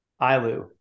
Ilu